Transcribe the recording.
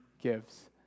gives